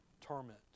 torment